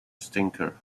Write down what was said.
stinker